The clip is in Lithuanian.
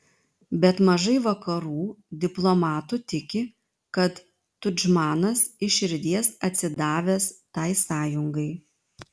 bet mažai vakarų diplomatų tiki kad tudžmanas iš širdies atsidavęs tai sąjungai